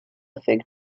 fig